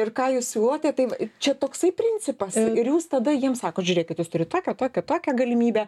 ir ką jūs siūlote tai čia toksai principas ir jūs tada jiem sakot žiūrėkit jūs turit tokią tokią tokią galimybę